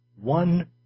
One